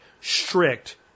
strict